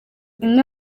imwe